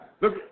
Look